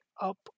up